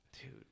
Dude